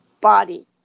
body